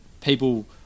people